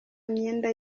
myenda